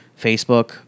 Facebook